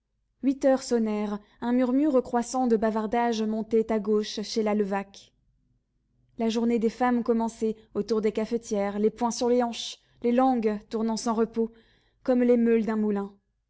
huit heures sonnèrent un murmure croissant de bavardages montait à gauche chez la levaque la journée des femmes commençait autour des cafetières les poings sur les hanches les langues tournant sans repos comme les meules d'un moulin